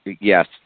yes